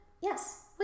yes